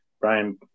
Brian